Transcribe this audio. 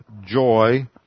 joy